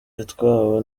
yatwawe